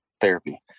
therapy